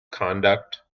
conduct